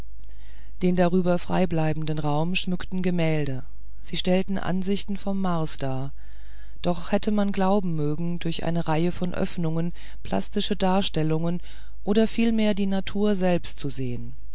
den darüber freibleibenden raum schmückten gemälde sie stellten ansichten vom mars dar doch hätte man glauben mögen durch eine reihe von öffnungen plastische darstellungen oder vielmehr die natur selbst zu sehen